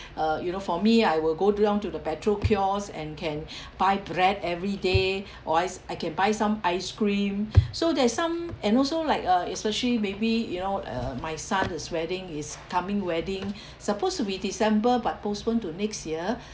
uh you know for me I will go down to the petrol kiosks and can buy bread every day or ice I can buy some ice cream so there's some and also like uh especially maybe you know uh my son his wedding is coming wedding supposed to be december but postponed to next year